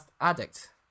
addict